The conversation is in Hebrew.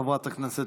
חברת הכנסת